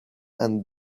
and